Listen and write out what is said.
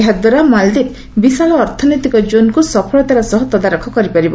ଏହାଦ୍ୱାରା ମାଳଦ୍ୱୀପ ବିଶାଳ ଅର୍ଥନୈତିକ ଜୋନ୍କୁ ସଫଳତାର ସହ ତଦାରଖ କରିପାରିବ